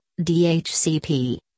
DHCP